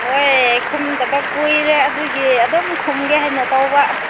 ꯍꯣꯏ ꯈꯨꯝꯗꯕ ꯀꯨꯏꯔꯦ ꯑꯗꯨꯒꯤ ꯑꯗꯨꯝ ꯈꯨꯝꯒꯦ ꯍꯥꯏꯅ ꯇꯧꯕ